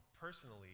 personally